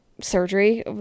surgery